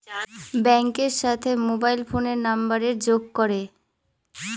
ব্যাঙ্কের সাথে মোবাইল ফোনের নাম্বারের যোগ করে